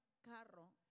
carro